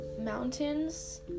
mountains